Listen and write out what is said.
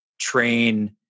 train